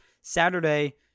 Saturday